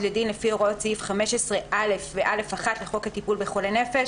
לדין לפי הוראות סעיף 15(א) ו-15(א1) לחוק טיפול בחולי נפש".